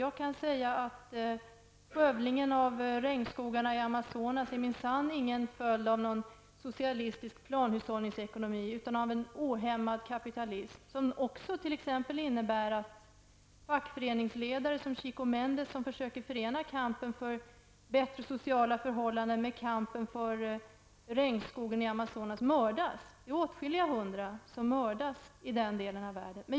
Jag kan säga att skövlingen av regnskogarna i Amazonas minsann inte är någon följd av en socialistisk planhushållningsekonomi utan av en ohämmad kapitalism, som också innebär att fackföreningsledare såsom Chico Mendes, försöker förena kampen för bättre sociala förhållanden med kampen för regnskogarna i Amazonas, mördas. Åtskilliga hundra personer har mördats i den delen av världen.